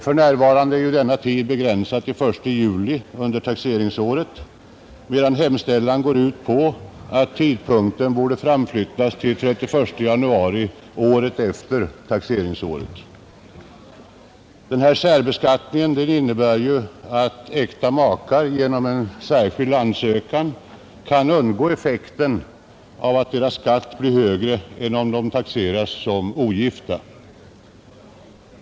För närvarande är denna tid begränsad till den 1 juli under taxeringsåret, medan hemställan går ut på att tidpunkten borde framflyttas till den 31 december året efter taxeringsåret. Särbeskattningen innebär att äkta makar genom en särskild ansökan kan undgå effekten av att deras skatt blir högre än om de taxeras som ogifta.